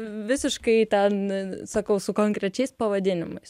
visiškai ten sakau su konkrečiais pavadinimais